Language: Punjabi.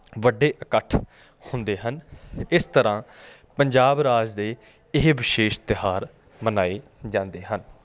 ਵੱਡੇ ਇਕੱਠ ਹੁੰਦੇ ਹਨ ਇਸ ਤਰ੍ਹਾਂ ਪੰਜਾਬ ਰਾਜ ਦੇ ਇਹ ਵਿਸ਼ੇਸ਼ ਤਿਉਹਾਰ ਮਨਾਏ ਜਾਂਦੇ ਹਨ